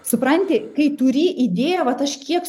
supranti kai turi idėją vat aš kiek